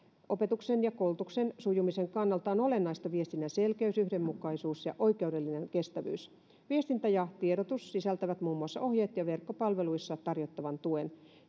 opetuksen ja koulutuksen sujumisen kannalta on olennaista viestinnän selkeys yhdenmukaisuus ja oikeudellinen kestävyys viestintä ja tiedotus sisältävät muun muassa ohjeet ja verkkopalveluissa tarjottavan tuen